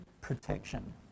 protection